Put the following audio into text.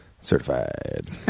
certified